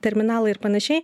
terminalai ir panašiai